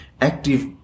active